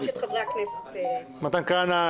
שלושת חברי הכנסת --- מתן כהנא,